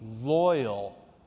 loyal